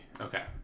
Okay